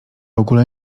ogóle